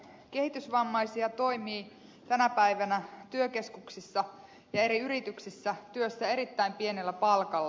kehitysvammaisia toimii tänä päivänä työkeskuksissa ja eri yrityksissä työssä erittäin pienellä palkalla